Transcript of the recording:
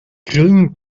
grillen